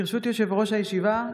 ברשות יושב-ראש הישיבה,